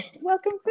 Welcome